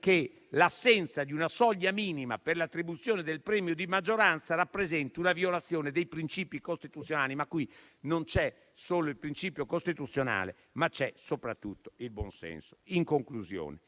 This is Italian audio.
che l'assenza di una soglia minima per l'attribuzione del premio di maggioranza rappresenta una violazione dei princìpi costituzionali. Qui però non c'è solo il principio costituzionale, ma c'è soprattutto il buonsenso. In conclusione,